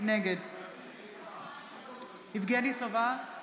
נגד יבגני סובה,